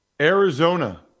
Arizona